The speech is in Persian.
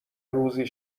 روزی